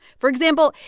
for example,